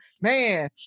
man